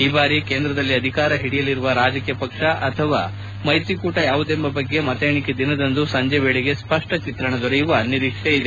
ಈ ಬಾರಿ ಕೇಂದ್ರದಲ್ಲಿ ಅಧಿಕಾರ ಹಿಡಿಯಲಿರುವ ರಾಜಕೀಯ ಪಕ್ಷ ಅಥವಾ ಮೈತ್ರಿಕೂಟ ಯಾವುದೆಂಬ ಬಗ್ಗೆ ಮತ ಎಣಿಕೆ ದಿನದಂದು ಸಂಜೆ ವೇಳೆಗೆ ಸ್ಪಷ್ಟ ಚಿತ್ರಣ ದೊರೆಯುವ ನಿರೀಕ್ಷೆ ಇದೆ